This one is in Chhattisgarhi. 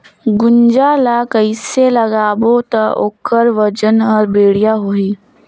गुनजा ला कइसे लगाबो ता ओकर वजन हर बेडिया आही?